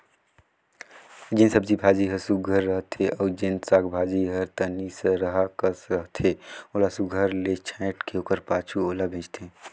जेन सब्जी भाजी हर सुग्घर रहथे अउ जेन साग भाजी हर तनि सरहा कस रहथे ओला सुघर ले छांएट के ओकर पाछू ओला बेंचथें